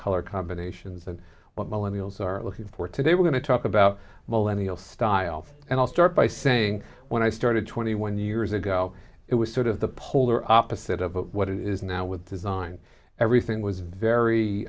color combinations and what millennialists are looking for today we're going to talk about millennial style and i'll start by saying when i started twenty one years ago it was sort of the polar opposite of what it is now with design everything was very